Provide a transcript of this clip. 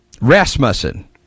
Rasmussen